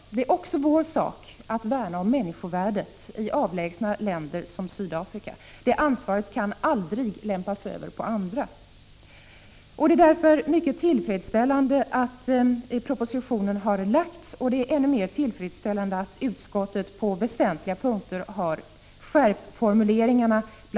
Det är också vår sak att värna om människovärdet i avlägsna länder som Sydafrika. Det ansvaret kan aldrig lämpas över på andra. Det är därför mycket tillfredsställande att det nu lagts fram en proposition i ärendet, och det är ännu mera tillfredsställande att utskottet på väsentliga punkter har skärpt formuleringarna.